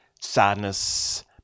sadness